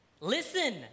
listen